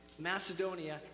Macedonia